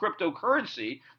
cryptocurrency